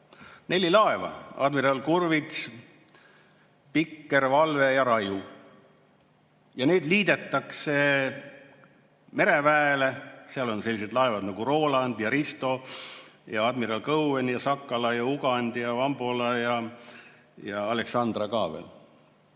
Neli laeva: Admiral Kurvits, Pikker, Valve ja Raju. Need liidetakse mereväega, seal on sellised laevad nagu Roland ja Risto, Admiral Cowan, Sakala, Ugandi ja Wambola ja Aleksandra ka veel.